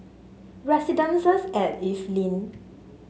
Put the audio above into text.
residences and Evelyn